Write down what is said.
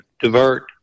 divert